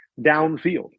downfield